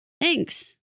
Thanks